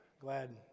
Glad